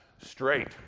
straight